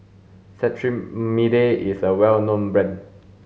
Cetrimide is a well known brand